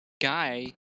guy